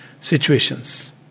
situations